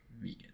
vegan